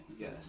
Yes